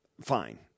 Fine